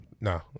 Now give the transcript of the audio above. No